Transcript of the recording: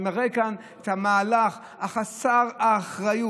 אני מראה כאן את המהלך חסר האחריות.